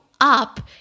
up